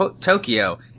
Tokyo